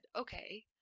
okay